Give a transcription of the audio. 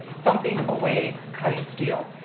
thumping away cutting steel.